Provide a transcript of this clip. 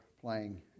playing